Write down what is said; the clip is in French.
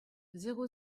zéro